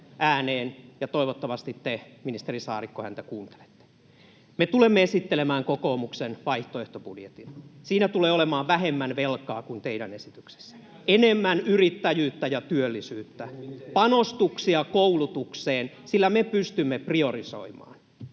ja toivottavasti te, ministeri Saarikko, häntä kuuntelette. Me tulemme esittelemään kokoomuksen vaihtoehtobudjetin. Siinä tulee olemaan vähemmän velkaa kuin teidän esityksessänne, enemmän yrittäjyyttä ja työllisyyttä, panostuksia koulutukseen, sillä me pystymme priorisoimaan.